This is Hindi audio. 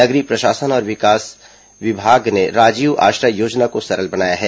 नगरीय प्रशासन और विकास विकास विभाग ने राजीव आश्रय योजना को सरल बनाया है